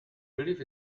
believe